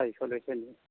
চাৰিশ লৈছেনি